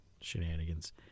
shenanigans